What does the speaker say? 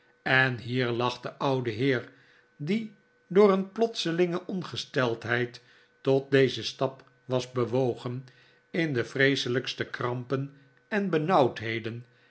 en hier lag de oude heer die door een plotselinge ongesteldheid tot dezen stap was bewogen in de vreeselijkste krampen en benauwdheden